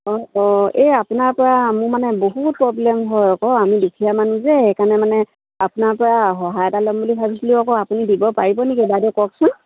অঁ অঁ এই আপোনাৰ পৰা মোৰ মানে বহুত প্ৰব্লেম হয় আকৌ আমি দুখীয়া মানুহ যে সেইকাৰণে মানে আপোনাৰ পৰা সহায় এটা ল'ম বুলি ভাবিছিলোঁ আকৌ আপুনি দিব পাৰিব নেকি বাইদেউ কওকচোন